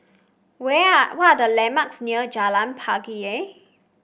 where are the landmarks near Jalan Pelangi